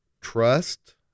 trust